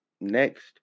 Next